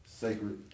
Sacred